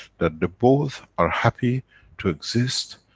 that the both are happy to exist,